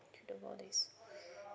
two more days